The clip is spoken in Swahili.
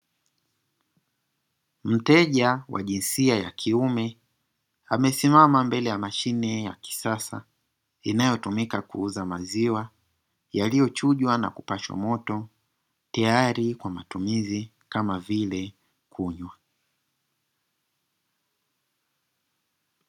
Mteja wa jinsia ya kiume amesimama mbele ya mashine ya kisasa inayotumika kuuza maziwa, yaliyochujwa na kupashwa moto tayari kwa matumizi kama vile kunywa.